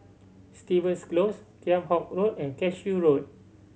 Stevens Close Kheam Hock Road and Cashew Road